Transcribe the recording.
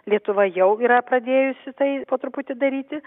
lietuva jau yra pradėjusi tai po truputį daryti